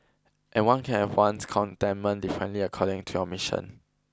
and one can have one's contentment differently according to your mission